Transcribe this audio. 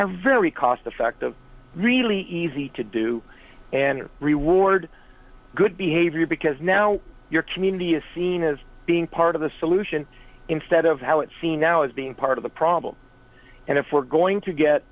are very cost effective really easy to do and reward good behavior because now your community is seen as being part of the solution instead of how it's seen now as being part of the problem and if we're going to get